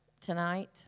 tonight